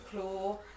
claw